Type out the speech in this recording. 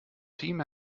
team